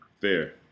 Fair